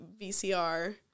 VCR